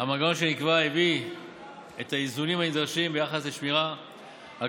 המנגנון שנקבע הביא את האיזונים הנדרשים ביחס לשמירה על